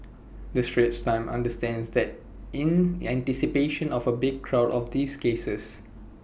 the straits times understands that in anticipation of A big crowd for these cases